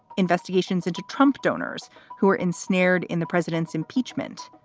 investigations into trump donors who were ensnared in the president's impeachment.